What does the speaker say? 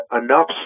enough